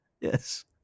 Yes